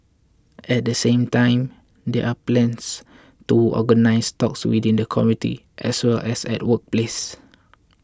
at the same time there are plans to organise talks within the community as well as at workplace